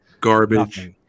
garbage